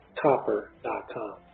copper.com